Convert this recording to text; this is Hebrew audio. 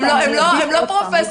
הם לא פרופסורים.